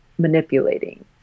manipulating